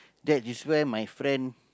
that is where my friend